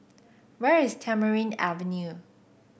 where is Tamarind Avenue